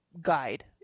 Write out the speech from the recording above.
guide